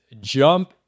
jump